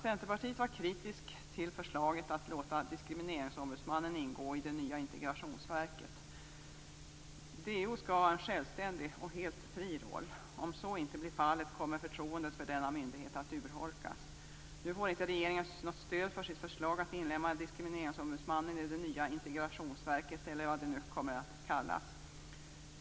Centerpartiet var kritiskt till förslaget att låta diskrimineringsombudsmannen ingå i det nya integrationsverket. DO skall ha en självständig och helt fri roll. Om så inte blir fallet, kommer förtroendet för denna myndighet att urholkas. Nu får inte regeringen något stöd för sitt förslag att inlemma diskrimineringsombudsmannen i det nya integrationsverket, eller vad det nu kommer att kallas.